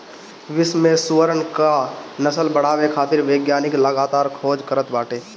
विश्व में सुअरन क नस्ल बढ़ावे खातिर वैज्ञानिक लगातार खोज करत बाटे